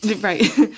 right